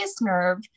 nerve